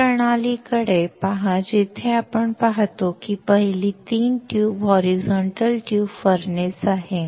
या प्रणालीकडे पहा जिथे आपण पाहतो की पहिली 3 ट्यूब होरिझोंट्ल ट्यूब फर्नेस आहे